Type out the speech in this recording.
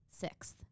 Sixth